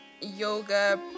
Yoga